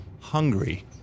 hungry